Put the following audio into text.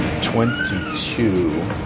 Twenty-two